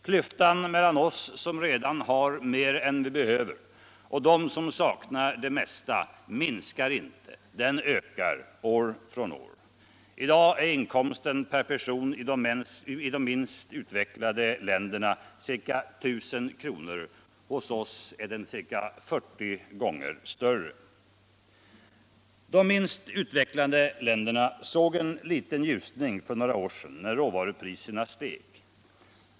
Klyftan mellan oss som redan har mer än vi behöver och dem som saknar det mesta minskar inte. den ökar år från år. I dag är inkomsten per person i de minst utvecklade länderna ca 1000 kr., hos oss är den ca 40 gånger större. De minst utvecklade u-länderna såg en liten ljusning för några år sedan när råvarupriserna steg.